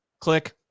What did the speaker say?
click